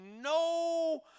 no